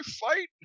fight